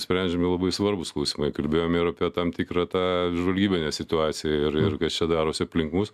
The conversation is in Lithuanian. sprendžiami labai svarbūs klausimai kalbėjom ir apie tam tikrą tą žvalgybinę situaciją ir ir kas čia darosi aplink mus